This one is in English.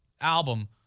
album